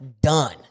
done